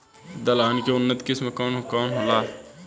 दलहन के उन्नत किस्म कौन कौनहोला?